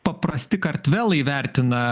paprasti kartvelai vertina